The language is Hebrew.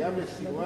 וגם לסילואן,